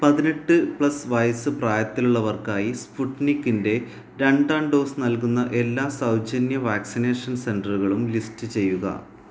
പതിനെട്ട് പ്ലസ് വയസ്സ് പ്രായത്തിലുള്ളവർക്കായി സ്പുട്നിക്കിൻ്റെ രണ്ടാം ഡോസ് നൽകുന്ന എല്ലാ സൗജന്യ വാക്സിനേഷൻ സെൻറ്ററുകളും ലിസ്റ്റ് ചെയ്യുക